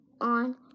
on